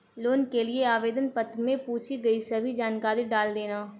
loan के लिए आवेदन पत्र में पूछी गई सभी जानकारी डाल देना